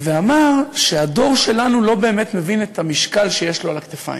ואמר שהדור שלנו לא באמת מבין את המשקל שיש לו על הכתפיים.